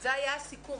זה היה הסיכום.